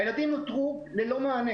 הילדים נותרו ללא כל מענה